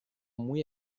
muy